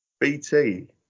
BT